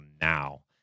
now